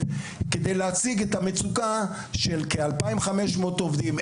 כדי להציג את המצוקה של כ-2,500 עובדים,